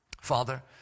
Father